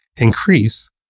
increase